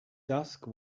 dusk